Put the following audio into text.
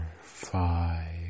five